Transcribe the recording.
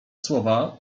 słowa